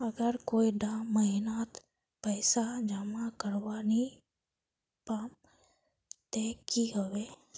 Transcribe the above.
अगर कोई डा महीनात पैसा जमा करवा नी पाम ते की होबे?